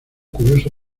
curioso